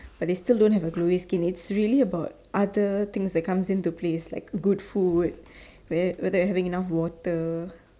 but they still don't have a glowy skin it's really about other things that comes in to place like good food where whether you having enough water